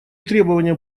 требования